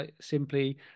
simply